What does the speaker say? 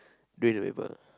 during the paper